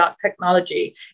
.technology